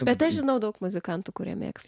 bet aš žinau daug muzikantų kurie mėgs